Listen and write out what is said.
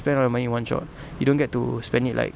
spend all your money in one shot you don't get to spend it like